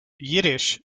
kaddish